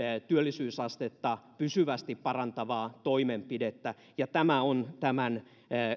työllisyysastetta pysyvästi parantavaa toimenpidettä ja tämä on tämän